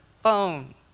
phone